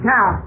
Now